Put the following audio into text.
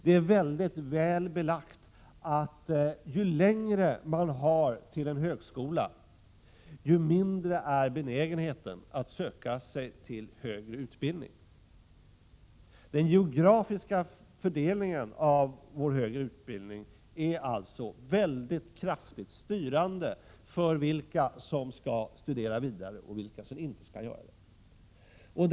Det är mycket väl belagt att ju längre man har till en högskola, desto mindre benägen är man att söka sig till högre utbildning. Den geografiska fördelningen av vår högre utbildning är alltså kraftigt styrande för vilka som skall studera vidare och vilka som inte skall göra det.